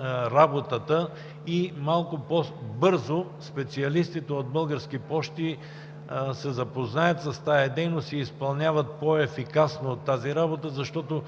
работата и малко по-бързо специалистите от Български пощи се запознаят с тази дейност и изпълняват по-ефикасно тази работа, защото